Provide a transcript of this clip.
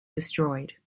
destroyed